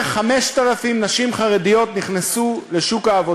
בתקופה שרענן דינור היה מנכ"ל משרד ראש